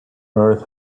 earth